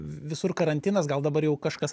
visur karantinas gal dabar jau kažkas